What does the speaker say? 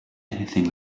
anything